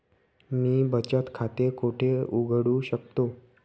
मी बचत खाते कोठे उघडू शकतो?